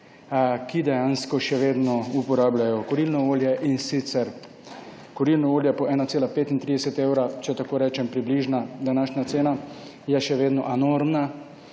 ki dejansko še vedno uporabljajo kurilno olje, in sicer kurilno olje po ceni 1,35 evra, če tako rečem, da je približna današnja cena, ki je še vedno enormna.